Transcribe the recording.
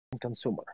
consumer